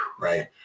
right